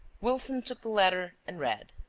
wilson took the letter and read